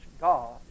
god